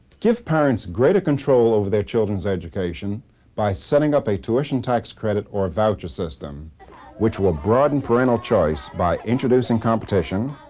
give parents greater control over their children's education by setting up a tuition tax credit or voucher system which will broaden parental choice by introducing competition,